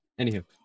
anywho